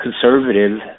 conservative